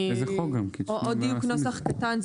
עוד דיוק נוסח קטן.